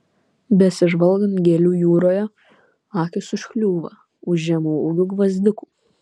besižvalgant gėlių jūroje akys užkliūva už žemaūgių gvazdikų